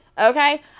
Okay